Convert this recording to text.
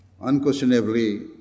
Unquestionably